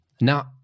Now